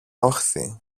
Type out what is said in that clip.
όχθη